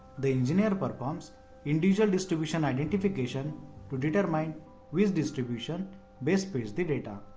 the engineer performs individual distribution identification to determine which distribution best fits the data.